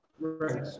right